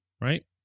right